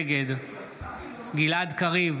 נגד גלעד קריב,